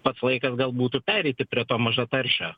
pats laikas gal būtų pereiti prie to mažataršio